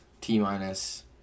T-minus